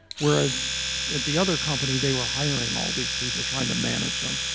whereas at the other company, they were hiring all these people, trying to manage them,